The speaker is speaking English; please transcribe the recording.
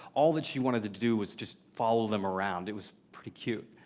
all that she wanted to do was just follow them around. it was pretty cute.